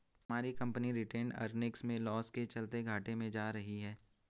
हमारी company retained earnings में loss के चलते घाटे में जा रही है